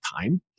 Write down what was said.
time